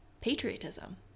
patriotism